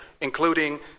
including